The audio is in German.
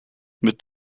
mit